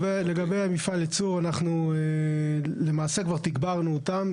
אנחנו למעשה כבר תגברנו אותם.